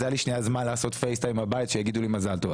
אז היה לי שנייה זמן לעשות פייס טיים לבית שיגידו לי מזל טוב.